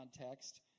context